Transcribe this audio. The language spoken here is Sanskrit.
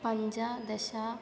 पञ्च दश